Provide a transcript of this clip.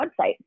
website